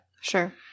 Sure